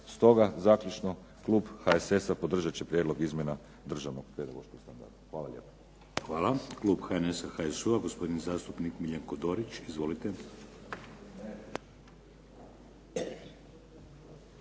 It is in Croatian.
Stoga zaključno, klub HSS-a podržat će prijedlog izmjena državnog pedagoškog standarda. Hvala lijepo. **Šeks, Vladimir (HDZ)** Hvala. Klub HNS-a, HSU-a, gospodin zastupnik Miljenko Dorić. Izvolite.